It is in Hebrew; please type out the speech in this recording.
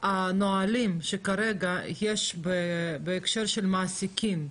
הנהלים שכרגע יש בהקשר של מעסיקים,